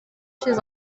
chez